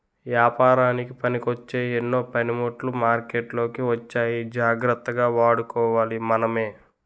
ఏపారానికి పనికొచ్చే ఎన్నో పనిముట్లు మార్కెట్లోకి వచ్చాయి జాగ్రత్తగా వాడుకోవాలి మనమే